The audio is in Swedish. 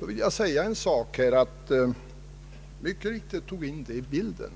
Det är mycket riktigt att jag tog in detta i bilden.